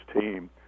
team